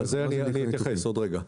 אני אתייחס לזה עוד רגע.